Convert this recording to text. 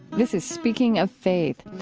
this is speaking of faith.